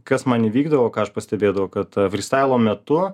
kas man įvykdavo ką aš pastebėdavau kad frystailo metu